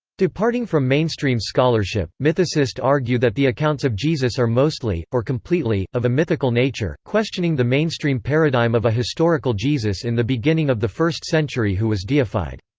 departing from mainstream scholarship, mythicists argue that the accounts of jesus are mostly, or completely, of a mythical nature, questioning the mainstream paradigm of a historical historical jesus in the beginning of the first century who was deified.